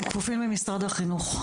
הם כפופים למשרד החינוך.